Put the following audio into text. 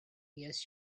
yes